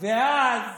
ואז